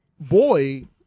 boy